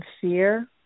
fear